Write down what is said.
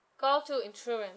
call two insurance